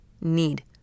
need